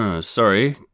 Sorry